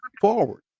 forward